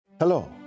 Hello